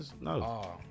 no